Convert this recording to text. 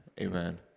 Amen